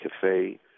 Cafe